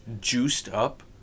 juiced-up